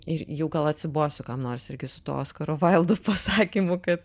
ir jau gal atsibosiu kam nors irgi su tuo oskaro vaildo pasakymu kad